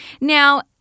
Now